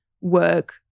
work